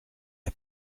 est